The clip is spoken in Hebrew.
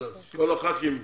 כל חברי הכנסת,